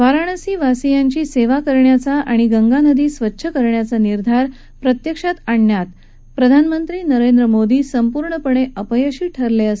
वाराणसीवासियांची सद्या करण्याचा आणि गंगा नदी स्वच्छ करण्याचा निर्धार प्रत्यक्षात आणण्यात प्रधानमंत्री नरेंद्र मोदी संपूर्णपण अपयशी ठरल आहेत